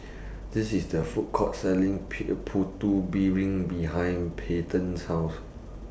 This IS The Food Court Selling Putu Piring behind Payton's House